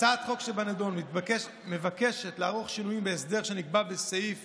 הצעת החוק שבנדון מבקשת לערוך שינויים בהסדר שנקבע בסעיף